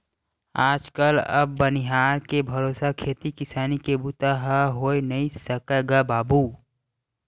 आज कल अब बनिहार के भरोसा खेती किसानी के बूता ह होय नइ सकय गा बाबूय